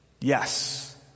Yes